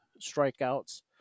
strikeouts